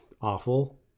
awful